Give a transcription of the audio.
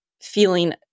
feeling